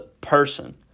person